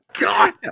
God